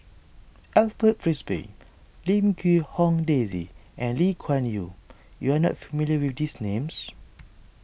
Alfred Frisby Lim Quee Hong Daisy and Lee Kuan Yew you are not familiar with these names